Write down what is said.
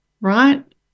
right